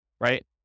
right